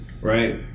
Right